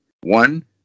one